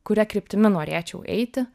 kuria kryptimi norėčiau eiti